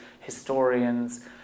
historians